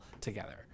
together